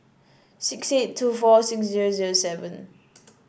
six eight two four six zero zero seven